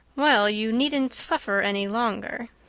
well, you needn't suffer any longer,